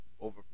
over